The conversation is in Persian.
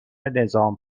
نظام